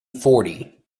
fourty